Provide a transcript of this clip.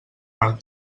marc